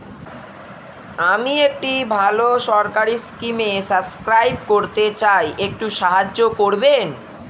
আমি একটি ভালো সরকারি স্কিমে সাব্সক্রাইব করতে চাই, একটু সাহায্য করবেন?